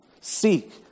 Seek